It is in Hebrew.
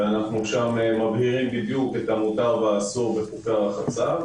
ואנחנו מבהירים שם את המותר והאסור בחופי הרחצה.